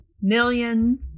million